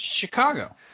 Chicago